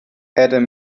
adam